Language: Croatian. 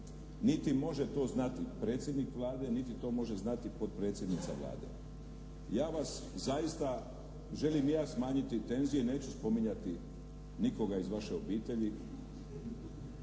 niti može to znati predsjednik Vlade, niti to može znati potpredsjednica Vlade. Ja vas zaista, želim i ja smanjiti tenzije, neću spominjati nikoga iz vaše obitelji,